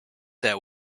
that